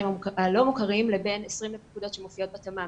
הלא מוכרים לבין 20 נקודות שמופיעות בתמ"מ.